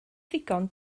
ddigon